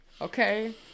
Okay